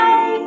Bye